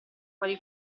quali